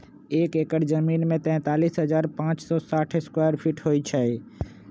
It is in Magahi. एक एकड़ जमीन में तैंतालीस हजार पांच सौ साठ स्क्वायर फीट होई छई